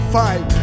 fight